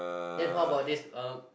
then how about this uh